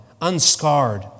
unscarred